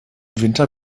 winter